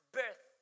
birth